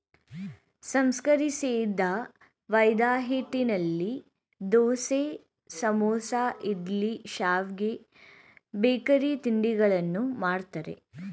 ಸಂಸ್ಕರಿಸಿದ ಮೈದಾಹಿಟ್ಟಿನಲ್ಲಿ ದೋಸೆ, ಸಮೋಸ, ಇಡ್ಲಿ, ಶಾವ್ಗೆ, ಬೇಕರಿ ತಿಂಡಿಗಳನ್ನು ಮಾಡ್ತರೆ